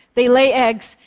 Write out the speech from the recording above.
they lay eggs,